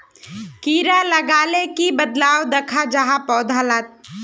कीड़ा लगाले की बदलाव दखा जहा पौधा लात?